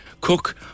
cook